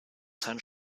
seinen